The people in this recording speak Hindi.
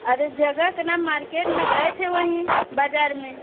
अरे जगह का नाम मार्केट में गए थे वहीं बाज़ार में